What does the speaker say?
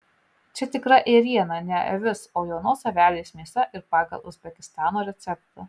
čia tikra ėriena ne avis o jaunos avelės mėsa ir pagal uzbekistano receptą